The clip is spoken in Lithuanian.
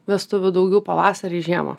vestuvių daugiau pavasarį žiemą